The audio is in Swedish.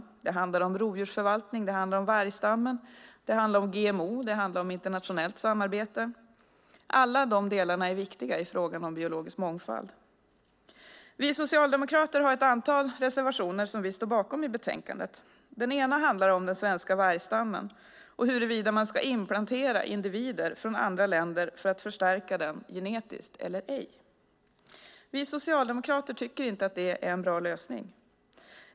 Det handlar om rovdjursförvaltning, vargstammen, GMO och internationellt samarbete. Alla de delarna är viktiga i frågan om biologisk mångfald. Vi socialdemokrater har ett antal reservationer som vi står bakom i betänkandet. Den ena handlar om den svenska vargstammen och huruvida man ska inplantera individer från andra länder för att förstärka den genetiskt eller ej. Vi socialdemokrater tycker inte att det är en bra lösning.